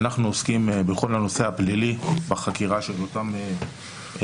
אנחנו עוסקים בכל הנושא הפלילי בחקירה של אותם אנשים.